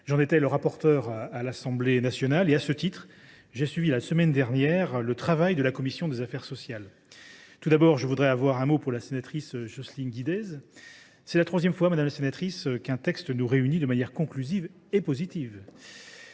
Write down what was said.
J’en étais le rapporteur à l’Assemblée nationale et, à ce titre, j’ai suivi la semaine dernière le travail de la commission des affaires sociales. Tout d’abord, je voudrais avoir un mot pour la sénatrice Jocelyne Guidez. C’est la troisième fois, madame la sénatrice, qu’un texte nous réunit de manière conclusive et positive